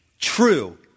true